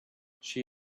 she